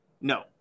no